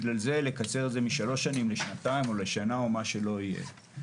לקצר את זה מ-3 שנים לשנתיים או לשנה או מה שלא יהיה.